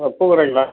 sir பூக்கடைங்களா